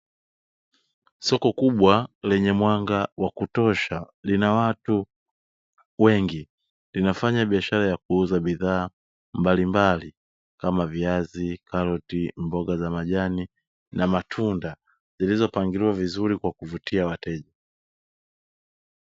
Soko kubwa lenye mwanga wa kutosha lina watu wengi. Linafanya biashara ya kuuza bidhaa mbalimbali kama viazi, karoti, mboga za majani na matunda, zilizopangiliwa vizuri kwa kuvutia wateja.